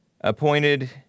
appointed